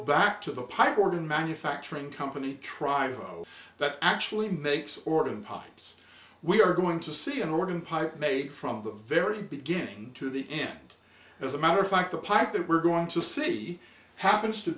back to the pipe organ manufacturing company triborough that actually makes organ pipes we are going to see an organ pipe made from the very beginning to the end as a matter of fact the pipe that we're going to see happens to